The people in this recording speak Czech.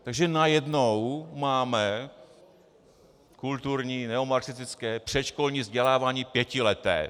Takže najednou máme kulturní neomarxistické předškolní vzdělávání pětileté.